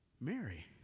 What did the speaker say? Mary